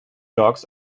dogs